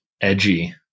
edgy